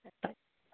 cut ಆಯ್ತು